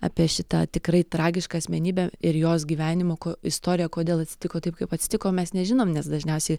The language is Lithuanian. apie šitą tikrai tragišką asmenybę ir jos gyvenimo istoriją kodėl atsitiko taip kaip atsitiko mes nežinom nes dažniausiai